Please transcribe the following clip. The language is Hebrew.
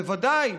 בוודאי.